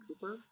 cooper